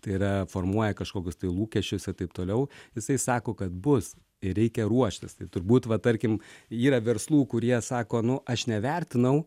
tai yra formuoja kažkokius tai lūkesčius ir taip toliau jisai sako kad bus ir reikia ruoštis tai turbūt va tarkim yra verslų kurie sako nu aš nevertinau